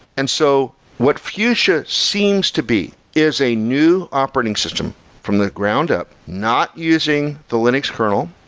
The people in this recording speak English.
and so what fuchsia seems to be is a new operating system from the ground up not using the linux kernel,